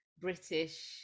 British